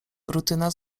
rutyna